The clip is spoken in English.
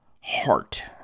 heart